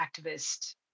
activist